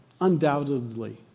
undoubtedly